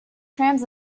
trams